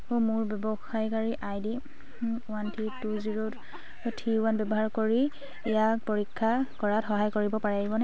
মোৰ ব্যৱহাৰকাৰী I D one three two zero three one ব্যৱহাৰ কৰি ইয়াক পৰীক্ষা কৰাত সহায় কৰিব পাৰিবনে